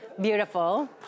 Beautiful